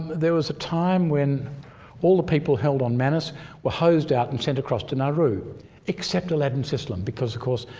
there was a time when all the people held on manus were hosed out and sent across to nauru except aladdin sisalem because, of course,